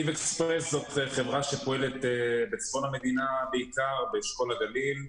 חברה שפועלת בצפון המדינה בעיקר, באשכול הגליל.